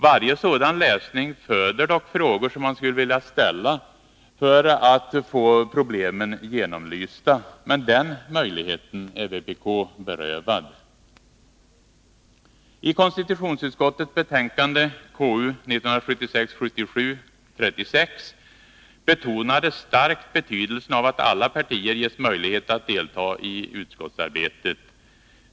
Varje sådan läsning föder dock frågor, som man skulle vilja ställa för att få problemen genomlysta, men den möjligheten är vpk berövad. I konstitutionsutskottets betänkande 1976/77:36 betonades starkt betydelsen av att alla partier ges möjligheter att delta i utskottsarbetet.